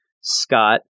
Scott